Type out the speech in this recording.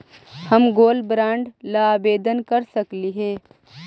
हम gold bond ला आवेदन कर सकली हे?